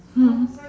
mm